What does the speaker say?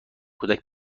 کودک